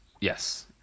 Yes